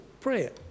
prayer